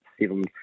seven